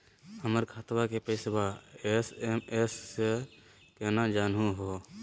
हमर खतवा के पैसवा एस.एम.एस स केना जानहु हो?